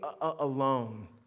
alone